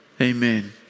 Amen